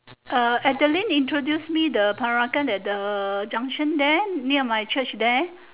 uh adeline introduce me the peranakan at the junction there near my church there